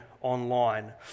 online